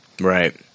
Right